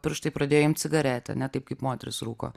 pirštai pradėjo imt cigaretę ne taip kaip moterys rūko